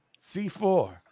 C4